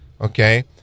okay